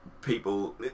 people